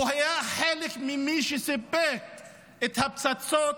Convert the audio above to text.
היה חלק ממי שסיפקו את הפצצות